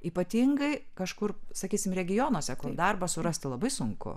ypatingai kažkur sakysim regionuose darbą surasti labai sunku